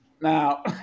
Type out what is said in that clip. Now